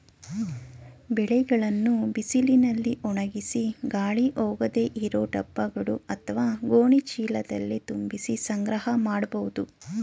ಬೆಳೆಗಳನ್ನು ಬಿಸಿಲಿನಲ್ಲಿ ಒಣಗಿಸಿ ಗಾಳಿ ಹೋಗದೇ ಇರೋ ಡಬ್ಬಗಳು ಅತ್ವ ಗೋಣಿ ಚೀಲದಲ್ಲಿ ತುಂಬಿಸಿ ಸಂಗ್ರಹ ಮಾಡ್ಬೋದು